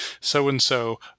so-and-so